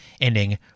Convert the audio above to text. ending